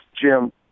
Jim